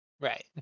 Right